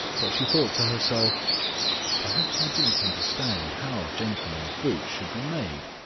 but she thought to herself perhaps i do not understand how gentleman's boots should be made.